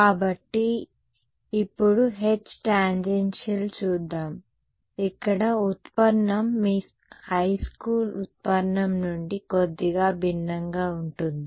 కాబట్టి ఇప్పుడు H tangential చూద్దాం ఇక్కడ ఉత్పన్నం మీ హైస్కూల్ ఉత్పన్నం నుండి కొద్దిగా భిన్నంగా ఉంటుంది